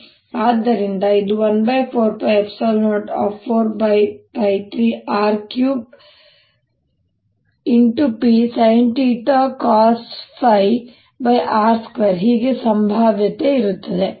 ಆದ್ದರಿಂದ ಇದು 14π04π3R3Psinθcosϕr2 ಹೀಗೆ ಸಂಭಾವ್ಯತೆ ಇರುತ್ತದೆ